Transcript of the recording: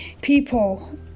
people